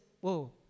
whoa